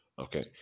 Okay